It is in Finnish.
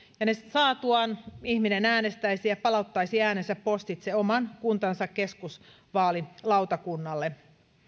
ja ne saatuaan ihminen äänestäisi ja palauttaisi äänensä postitse oman kuntansa keskusvaalilautakunnalle